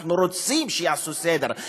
אנחנו רוצים שיעשו סדר,